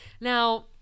Now